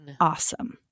awesome